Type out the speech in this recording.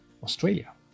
Australia